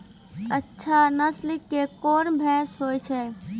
अच्छा नस्ल के कोन भैंस होय छै?